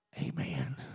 Amen